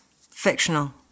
fictional